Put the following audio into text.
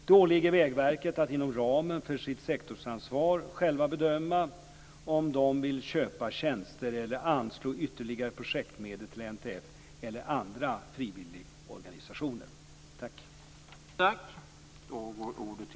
Det åligger Vägverket att inom ramen för sitt sektorsansvar självt bedöma om det vill köpa tjänster eller anslå ytterligare projektmedel till NTF eller andra frivilligorganisationer.